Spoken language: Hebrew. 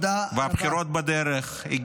הבחירות בדרך.